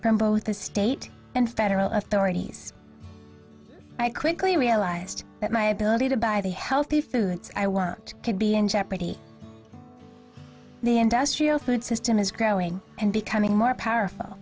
from both the state and federal authorities i quickly realized that my ability to buy the healthy foods i want could be in jeopardy the industrial food system is growing and becoming more powerful